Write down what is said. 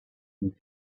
and